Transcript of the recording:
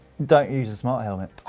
don't use a smart helmet.